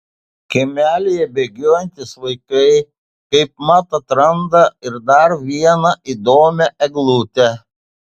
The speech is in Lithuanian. kiemelyje bėgiojantys vaikai kaip mat atranda ir dar vieną įdomią eglutę